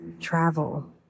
travel